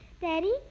Daddy